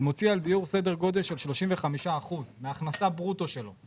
סדר גודל של 35% מההכנסה ברוטו שלו.